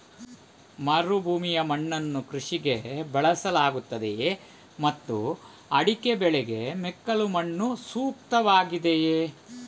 ಮರುಭೂಮಿಯ ಮಣ್ಣನ್ನು ಕೃಷಿಗೆ ಬಳಸಲಾಗುತ್ತದೆಯೇ ಮತ್ತು ಅಡಿಕೆ ಬೆಳೆಗೆ ಮೆಕ್ಕಲು ಮಣ್ಣು ಸೂಕ್ತವಾಗಿದೆಯೇ?